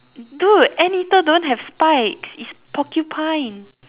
dude anteater don't have spikes is porcupine